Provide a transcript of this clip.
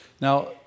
Now